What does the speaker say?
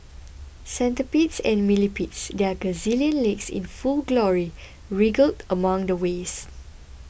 centipedes and millipedes their gazillion legs in full glory wriggled among the waste